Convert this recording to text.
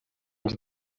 uns